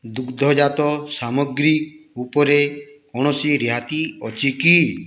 ଦୁଗ୍ଧଜାତ ସାମଗ୍ରୀ ଉପରେ କୌଣସି ରିହାତି ଅଛି କି